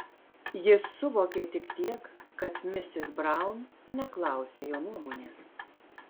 jis suvokė tik tiek kad misis braun neklausia jo nuomonės